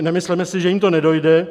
Nemysleme si, že jim to nedojde.